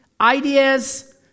ideas